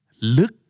Look